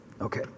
Okay